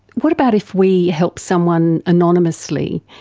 what about if we help someone anonymously?